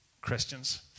Christians